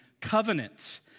covenant